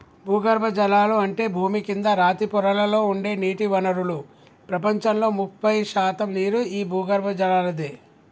భూగర్బజలాలు అంటే భూమి కింద రాతి పొరలలో ఉండే నీటి వనరులు ప్రపంచంలో ముప్పై శాతం నీరు ఈ భూగర్బజలలాదే